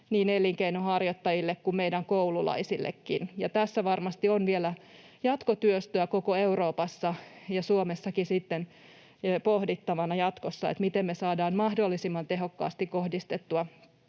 niin elinkeinonharjoittajille kuin meidän koululaisillekin. Ja tässä varmasti on vielä jatkotyöstöä koko Euroopassa ja Suomessakin pohdittavana sitten jatkossa, miten me saadaan mahdollisimman tehokkaasti kohdistettua